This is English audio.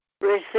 receive